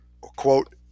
quote